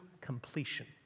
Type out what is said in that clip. completion